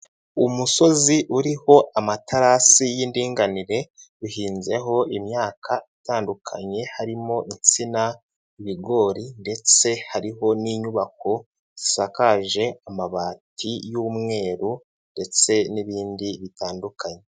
Umusozi uriho amaterasi y'indinganire. Uhinzeho imyaka itandukanye harimo: insina, ibigori ndetse hariho n'inyubako zisakaje amabati y'umweru ndetse n'ibindi bitandukanye.